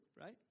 Right